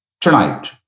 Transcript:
tonight